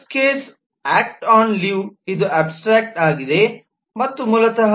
use case 'act on leave 'Act on Leave' ಇದು abstract ಆಗಿದೆ ಎಂದು ಮತ್ತೆ ಹೇಳಿ